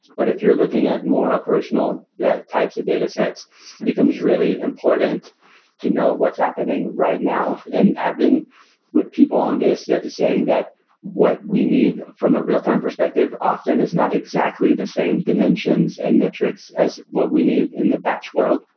but if you're looking at more operational types of data sets, it becomes really important to know what's happening right now and i've been with people on this that saying that what we need from a real-time perspective often is not exactly the same dimensions and metrics as what we need in the batch world,